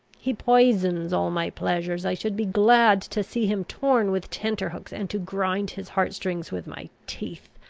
he poisons all my pleasures. i should be glad to see him torn with tenter-hooks, and to grind his heart-strings with my teeth.